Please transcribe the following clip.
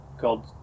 called